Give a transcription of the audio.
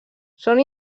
són